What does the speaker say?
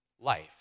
life